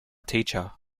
teacher